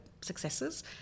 successes